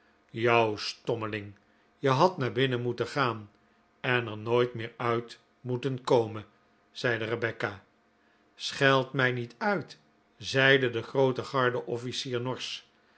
jou stommeling je had naar binnen moeten gaan en er nooit meer uit moeten komen zeide rebecca scheld mij niet uit zeide de groote garde offlcier